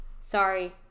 Sorry